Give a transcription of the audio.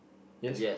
yes